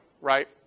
right